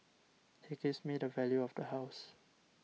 he gives me the value of the house